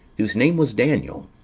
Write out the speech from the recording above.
whose name was daniel